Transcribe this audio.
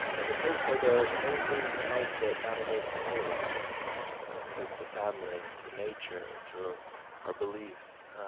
and the toasts are the the main themes in life that matter most to all of us. toast to family, to nature, to our beliefs.